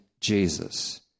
Jesus